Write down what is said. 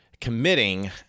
committing